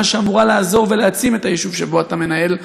בשכונה שאמורה לעזור ולהעצים את היישוב שאתה מנהל,